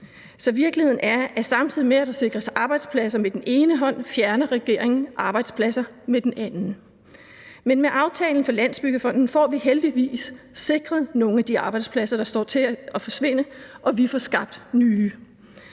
Så virkeligheden er, at samtidig med at der sikres arbejdspladser med den ene hånd, fjerner regeringen arbejdspladser med den anden. Men med aftalen for Landsbyggefonden får vi heldigvis sikret nogle af de arbejdspladser, der står til at forsvinde, og vi får skabt nye.